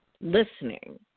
listening